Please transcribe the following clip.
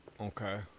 okay